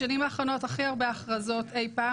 בשנים האחרונות היו הכי הרבה הכרזות אי פעם